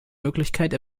möglichkeit